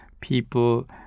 people